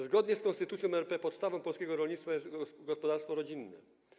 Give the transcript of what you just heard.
Zgodnie z Konstytucją RP podstawą polskiego rolnictwa jest gospodarstwo rodzinne.